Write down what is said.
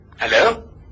Hello